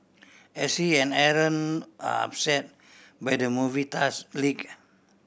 as he and Aaron upset by the movie task leak